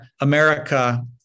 America